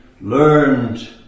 learned